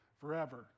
forever